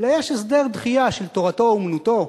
אלא יש הסדר דחייה של "תורתו אומנותו"